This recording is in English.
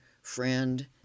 friend